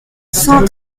cent